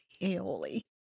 aioli